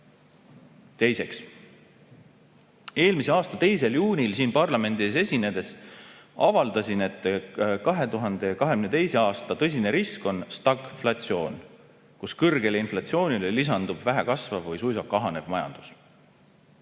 Teiseks, eelmise aasta 2. juunil siin parlamendi ees esinedes avaldasin, et 2022. aasta tõsine risk on stagflatsioon, mille puhul kõrgele inflatsioonile lisandub vähe kasvav või suisa kahanev majandus.